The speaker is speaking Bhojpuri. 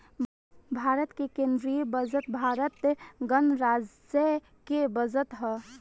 भारत के केंदीय बजट भारत गणराज्य के बजट ह